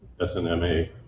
SNMA